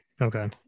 Okay